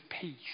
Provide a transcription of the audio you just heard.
peace